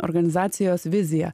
organizacijos vizija